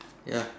ya